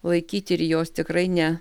laikyti ir jos tikrai ne